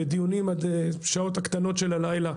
בדיונים עד השעות הקטנות של הלילה,